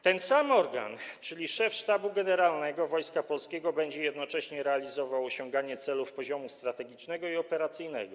Ten sam organ, czyli szef Sztabu Generalnego Wojska Polskiego, będzie jednocześnie realizował osiąganie celów poziomu strategicznego i operacyjnego.